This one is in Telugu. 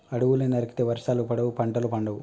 అడవుల్ని నరికితే వర్షాలు పడవు, పంటలు పండవు